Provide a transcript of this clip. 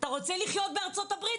אתה רוצה לחיות בארצות הברית?